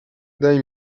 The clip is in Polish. daj